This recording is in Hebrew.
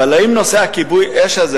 אבל האם נושא הכיבוי-אש הזה,